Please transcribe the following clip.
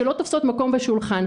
שלא תופסות מקום בשולחן.